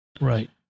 Right